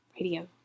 radio